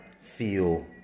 feel